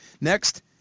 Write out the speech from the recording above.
Next